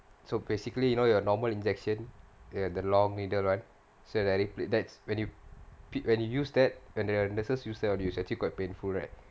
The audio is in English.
so basically you know your normal injection ya the long needle one so அதுப்புடி:athuppudi that's when you pit when you use that and nurses use that it is actually quite painful right